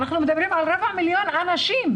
אנחנו מדברים על רבע מיליון אנשים,